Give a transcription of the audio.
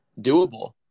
doable